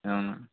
అవును